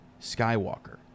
Skywalker